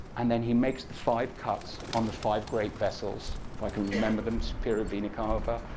and then he makes the five cuts on the five great vessels if i can remember them superior vena cava,